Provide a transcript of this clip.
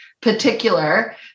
particular